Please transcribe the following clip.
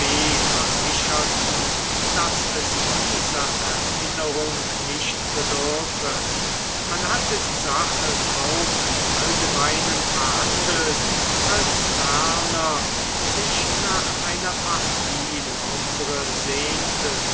versicherten daß es dieser erinnerung nicht bedürfe man hatte die sache kaum im allgemeinen verhandelt als werner sich nach einer partie l'hombre sehnte